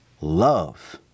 Love